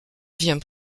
vient